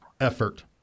effort